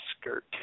skirt